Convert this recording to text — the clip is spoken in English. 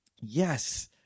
Yes